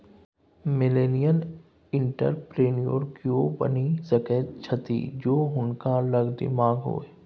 millennial entrepreneur कियो बनि सकैत छथि जौं हुनका लग दिमाग होए